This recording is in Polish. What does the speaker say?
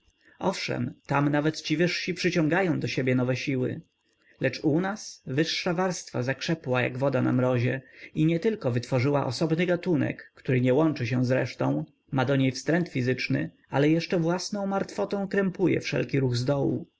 owszem tam nawet ci wyżsi przyciągają do siebie nowe siły lecz u nas wyższa warstwa zakrzepła jak woda na mrozie i nietylko wytworzyła osobny gatunek który nie łączy się zresztą ma do niej wstręt fizyczny ale jeszcze własną martwotą krępuje wszelki ruch zdołu